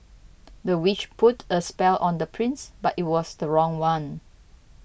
the witch put a spell on the prince but it was the wrong one